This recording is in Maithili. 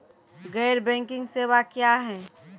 गैर बैंकिंग सेवा क्या हैं?